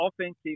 Offensive